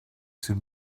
soon